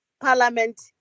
Parliament